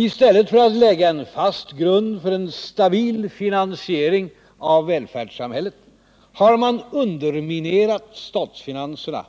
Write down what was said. I stället för att lägga en fast grund för en stabil finansiering av välfärdssamhället har man underminerat statsfinanserna